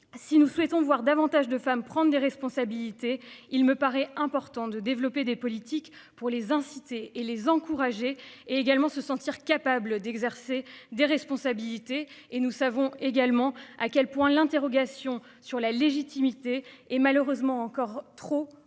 si nous souhaitons voir davantage de femmes prendre des responsabilités. Il me paraît important de développer des politiques pour les inciter et les encourager et également se sentir capable d'exercer des responsabilités et nous savons également à quel point l'interrogation sur la légitimité et malheureusement encore trop ancrée